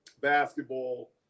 basketball